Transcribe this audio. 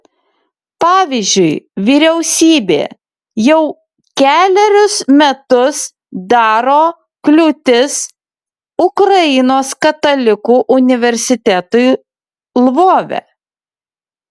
pavyzdžiui vyriausybė jau kelerius metus daro kliūtis ukrainos katalikų universitetui lvove